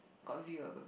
got view ah got view